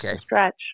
Stretch